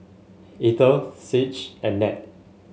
Eithel Sage and Ned